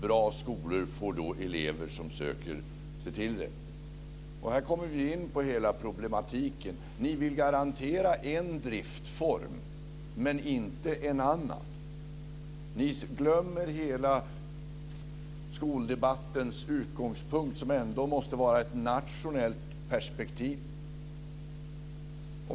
Bra skolor får elever som söker sig till dem. Här kommer vi in på hela problematiken. Ni vill garantera en driftsform men inte en annan. Ni glömmer hela skoldebattens utgångspunkt, som måste vara ett nationellt perspektiv.